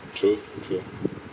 true true